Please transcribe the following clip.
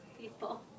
people